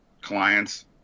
clients